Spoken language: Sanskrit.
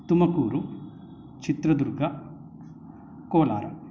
तुमकूरु चित्रदुर्ग कोलार्